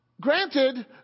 granted